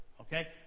okay